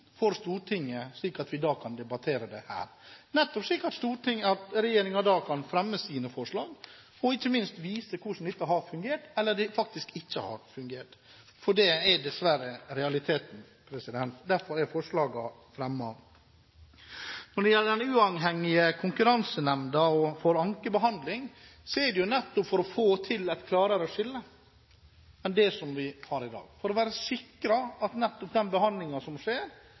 og ikke minst vise hvordan dette har fungert, eller faktisk ikke har fungert – for det er dessverre realiteten. Derfor er forslagene fremmet. Når det gjelder å innføre en uavhengig konkurransenemnd for ankebehandling, er det nettopp for å få til et klarere skille enn det vi har i dag, for å være sikret at nettopp den behandlingen som skjer,